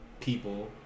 people